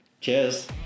cheers